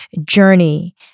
journey